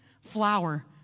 flower